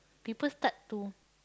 people start to